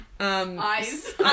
Eyes